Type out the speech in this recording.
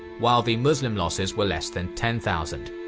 while the muslim losses were less than ten thousand.